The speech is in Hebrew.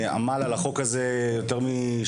משרד הספורט עמל על החוק הזה יותר משנה.